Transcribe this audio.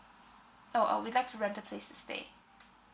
oh oh we'd like to rent a place to stay